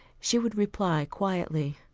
she would reply quietly,